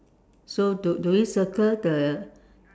so do do we circle the